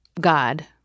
God